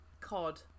Cod